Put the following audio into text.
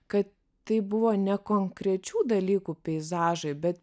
kad tai buvo ne konkrečių dalykų peizažai bet